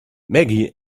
maggie